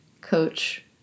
coach